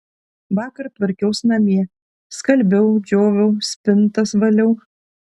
vakar tvarkiaus namie skalbiau džioviau spintas valiau